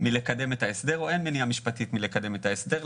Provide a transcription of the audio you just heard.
לקדם את ההסדר או שאין מניעה משפטית לקדם את ההסדר.